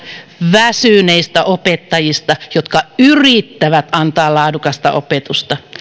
väsyneistä opettajista jotka yrittävät antaa laadukasta opetusta